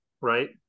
right